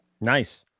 Nice